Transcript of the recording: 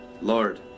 Lord